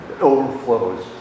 overflows